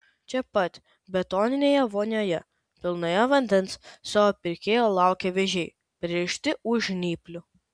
čia pat betoninėje vonioje pilnoje vandens savo pirkėjo laukia vėžiai pririšti už žnyplių